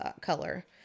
color